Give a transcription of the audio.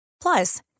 Plus